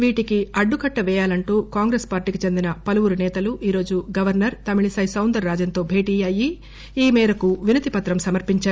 వీటి అడ్డుకట్ల పేయాలంటూ కాంగ్రెస్ పార్టీకి చెందిన పలువురు సేతలు ఈరోజు governor Tamilisai Soundararajan తో భేటీ అయ్యి ఈ మేరకు వినతిపత్రం సమర్పించారు